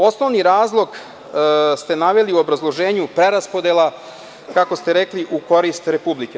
Osnovni razlog ste naveli u obrazloženju preraspodela, kako ste rekli, u korist Republike.